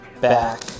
back